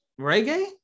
reggae